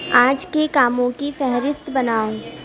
آج کے کاموں کی فہرست بناؤ